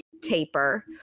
taper